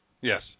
Yes